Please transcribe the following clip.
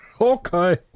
Okay